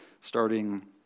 starting